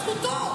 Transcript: אבל זכותו.